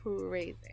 crazy